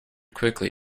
quickly